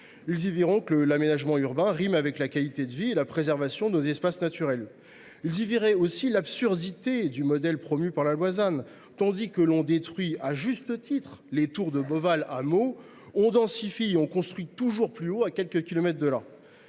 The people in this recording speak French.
Ils y verront que l’aménagement urbain rime avec qualité de vie et préservation de nos espaces naturels. Ils y verront aussi l’absurdité du modèle promu par la loi ZAN : tandis que l’on détruit à Meaux, à juste titre, les tours du quartier de Beauval, on densifie et on construit toujours plus haut à quelques kilomètres de là.